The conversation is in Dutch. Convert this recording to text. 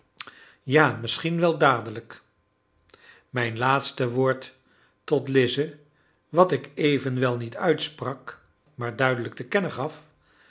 ja misschien wel dadelijk mijn laatste woord tot lize wat ik evenwel niet uitsprak maar duidelijk te kennen gaf